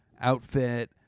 outfit